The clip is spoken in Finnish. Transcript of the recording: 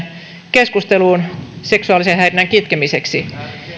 keskusteluun seksuaalisen häirinnän kitkemiseksi